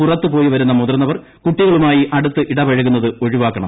പുറത്ത് പോയി വരുന്ന് മുതിർന്നവർ കുട്ടികളുമായി അടുത്ത് ഇടപഴകുന്നത് ഒഴിവാക്കണം